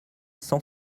cent